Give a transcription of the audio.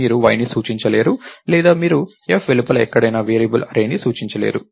మీరు yని సూచించలేరు లేదా మీరు f వెలుపల ఎక్కడైనా వేరియబుల్ అర్రేని సూచించలేరు